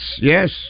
Yes